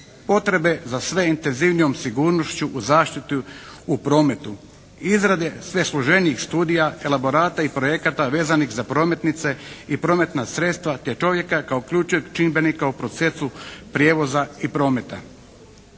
potrebe za sve intenzivnijom sigurnošću u zaštitu u prometu, izrade sve složenijih studija elaborata i projekata vezanih za prometnice i prometna sredstva te čovjeka kao ključnog čimbenika u procesu prijevoza i prometa.